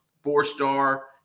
four-star